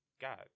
God